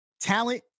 Talent